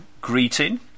greeting